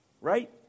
right